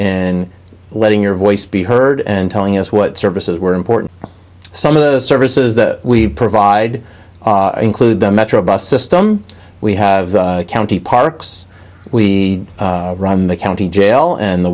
in letting your voice be heard and telling us what services were important some of the services that we provide include the metro bus system we have county parks we run the county jail and the